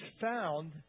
found